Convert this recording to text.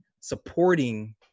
supporting